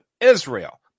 Israel